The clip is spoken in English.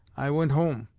i went home,